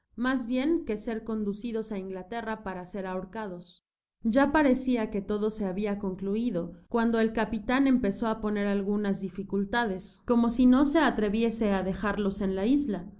más bien que ser conducidos á inglaterra para ser ahorcados ya parecía que todo se habia concluido cuando el capitan empezó á poner algunas dificultades como si no se atreviese á dejarlos en la isla